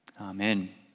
Amen